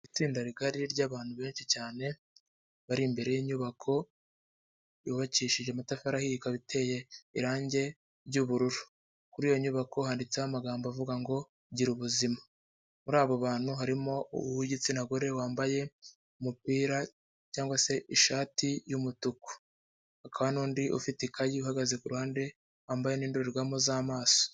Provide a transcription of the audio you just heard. Itsinda rigari ry'abantu benshi cyane bari imbere y'inyubako yubakishije amatafari ahiye ikaba iteye irangi ryubururu, kuri iyo nyubako handitseho amagambo avuga ngo gira ubuzima, muri abo bantu harimo uw'igitsina gore wambaye umupira cyangwa se ishati y'umutuku, hakaba n'undi ufite ikayi uhagaze ku ruhande, wambaye n'indorerwamo z'amaso.